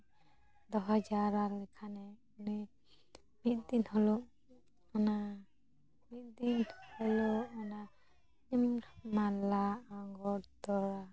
ᱫᱚᱦᱚ ᱡᱟᱣᱨᱟ ᱞᱮᱠᱷᱟᱱᱮᱭ ᱩᱱᱤ ᱢᱤᱫ ᱫᱤᱱ ᱦᱤᱞᱳᱜ ᱚᱱᱟ ᱢᱤᱫ ᱫᱤᱱ ᱦᱤᱞᱳᱜ ᱚᱱᱟ ᱢᱟᱞᱟ ᱟᱸᱜᱚᱴ ᱛᱚᱲᱟ